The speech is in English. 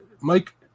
Mike